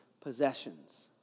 possessions